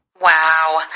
Wow